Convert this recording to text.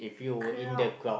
crowd